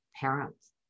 parents